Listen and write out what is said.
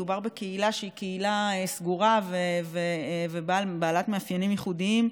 מדובר בקהילה שהיא קהילה סגורה ובעלת מאפיינים ייחודיים,